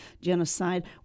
genocide